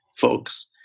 folks